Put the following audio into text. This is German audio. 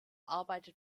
arbeitet